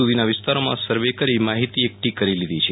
સુધીના વિસ્તારોમાં સર્વે કરી માહિતી એકઠી કરી લીધી છે